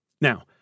Now